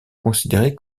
considéré